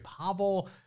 Pavel